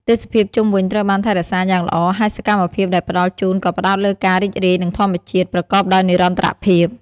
ទេសភាពជុំវិញត្រូវបានថែរក្សាយ៉ាងល្អ ហើយសកម្មភាពដែលផ្តល់ជូនក៏ផ្តោតលើការរីករាយនឹងធម្មជាតិប្រកបដោយនិរន្តរភាព។